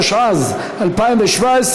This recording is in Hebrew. התשע"ז 2017,